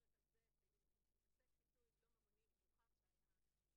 לא ממוני, ממילא זה